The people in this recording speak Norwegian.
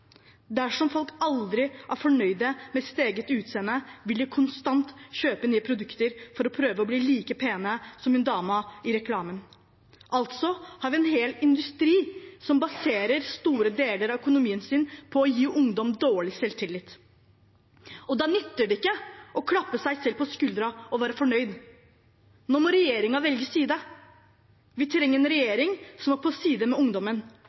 Dersom folk aldri er fornøyde med sitt eget utseende, vil de konstant kjøpe nye produkter for å prøve å bli like pene som damen i reklamen – altså har vi en hel industri som baserer store deler av økonomien sin på å gi ungdom dårlig selvtillit. Da nytter det ikke å klappe seg selv på skulderen og være fornøyd. Nå må regjeringen velge side. Vi trenger en regjering som er på ungdommens side,